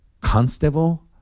constable